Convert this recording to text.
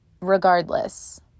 regardless